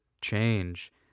change